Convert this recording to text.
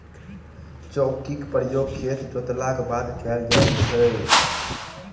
चौकीक प्रयोग खेत जोतलाक बाद कयल जाइत छै